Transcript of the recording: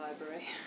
library